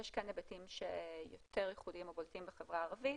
יש כאן היבטים שהם יותר ייחודיים ובולטים בחברה הערבית.